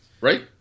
Right